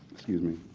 excuse me.